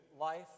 life